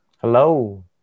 Hello